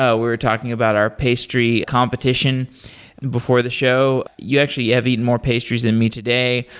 ah we're talking about our pastry competition before the show. you actually have eaten more pastries than me today.